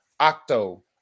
octo